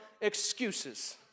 excuses